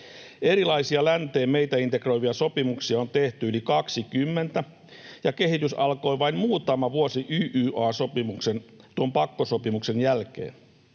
Erilaisia meitä länteen integroivia sopimuksia on tehty yli 20, ja kehitys alkoi vain muutama vuosi YYA-sopimuksen, tuon pakkosopimuksen, jälkeen.